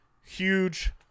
Huge